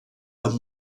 amb